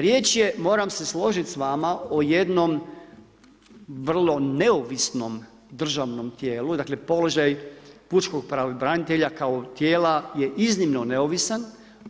Riječ je, moram se složiti s vama o jednom vrlo neovisnom državnom tijelu, dakle položaj pučkog pravobranitelja kao tijela je iznimno neovisan,